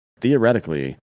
theoretically